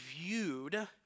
viewed